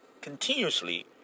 continuously